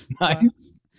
Nice